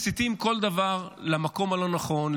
מסיטים כל דבר למקום הלא-נכון,